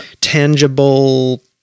tangible